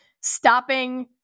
stopping